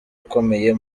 ukomeye